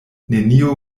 nenio